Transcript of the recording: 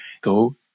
go